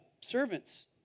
servants